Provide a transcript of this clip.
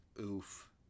Oof